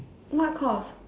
what course